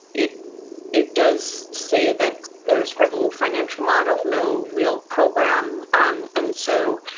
it it does say that there's a whole financial model. no. real program and so,